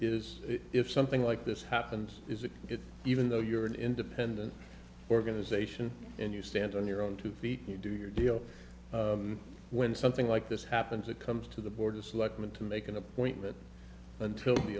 is if something like this happens is if it even though you're an independent organization and you stand on your own two feet you do your deal when something like this happens it comes to the board of selectmen to make an appointment until the